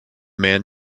man